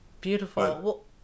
Beautiful